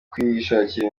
kwishakira